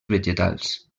vegetals